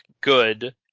good